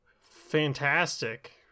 fantastic